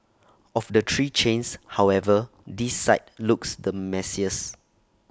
of the three chains however this site looks the messiest